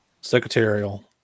secretarial